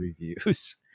reviews